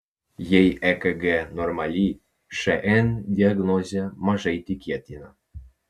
jei ekg normali šn diagnozė mažai tikėtina